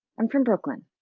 i'm from brooklyn.